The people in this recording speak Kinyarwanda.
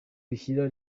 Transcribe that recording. rishyira